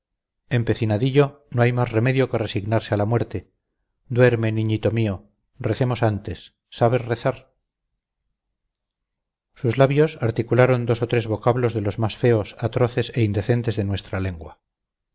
le dije empecinadillo no hay más remedio que resignarse a la muerte duerme niñito mío recemos antes sabes rezar sus labios articularon dos o tres vocablos de los más feos atroces e indecentes de nuestra lengua